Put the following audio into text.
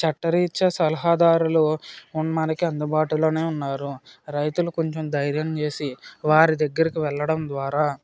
చట్టరీత్యా సలహాదారులు మనకి అందుబాటులోనే ఉన్నారు రైతులకు కొంచెం ధైర్యం చేసి వారి దగ్గరికి వెళ్ళడం ద్వారా